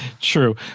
True